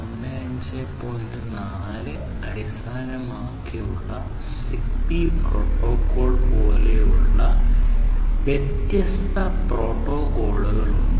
4 അടിസ്ഥാനമാക്കിയുള്ള ZigBee protocol പോലുള്ള വ്യത്യസ്ത പ്രോട്ടോക്കോളുകൾ ഉണ്ട്